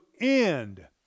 end